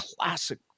classic